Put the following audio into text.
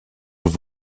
have